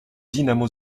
dinamo